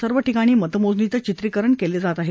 सर्व ठिकाणी मतमोजणीचं चित्रीकरण केलं जात आहे